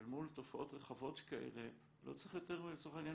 שאל מול תופעות רחבות שכאלה לא צריך לצורך העניין